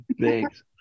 Thanks